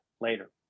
later